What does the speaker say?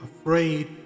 afraid